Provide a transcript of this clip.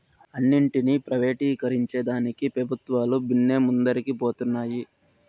అన్నింటినీ ప్రైవేటీకరించేదానికి పెబుత్వాలు బిన్నే ముందరికి పోతన్నాయి